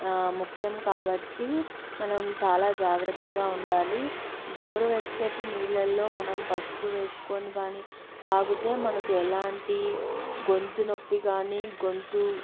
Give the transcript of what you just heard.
ముఖ్యం కాబట్టి మనం చాలా జాగ్రత్తగా ఉండాలి గోరువెచ్చటి నీళ్ళల్లో మనం పసుపు వేసుకొని కానీ త్రాగితే మనకు ఎలాంటి గొంతు నొప్పి గాని గొంతు